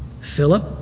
Philip